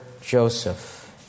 Joseph